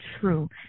true